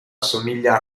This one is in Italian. assomiglia